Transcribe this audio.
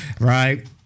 Right